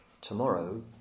Tomorrow